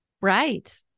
Right